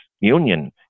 Union